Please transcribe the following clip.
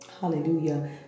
hallelujah